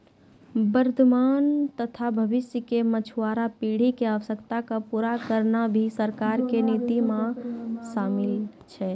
वर्तमान तथा भविष्य के मछुआरा पीढ़ी के आवश्यकता क पूरा करना भी सरकार के नीति मॅ शामिल छै